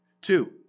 Two